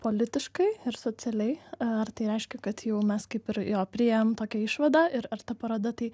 politiškai ir socialiai ar tai reiškia kad jau mes kaip ir jo priėjom tokią išvadą ir ar ta paroda tai